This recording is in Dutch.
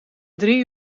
drie